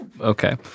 okay